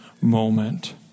moment